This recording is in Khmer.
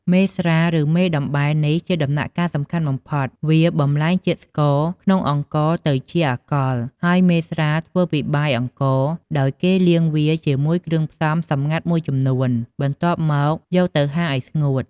មេស្រា ឬ មេដំបែ នេះជាដំណាក់កាលសំខាន់បំផុត វាបម្លែងជាតិស្ករក្នុងអង្ករឲ្យទៅជាអាល់កុល ហើយមេស្រាធ្វើពីបាយអង្ករ ដោយគេលាយវាជាមួយគ្រឿងផ្សំសម្ងាត់មួយចំនួន បន្ទាប់មក យកទៅហាលឲ្យស្ងួត។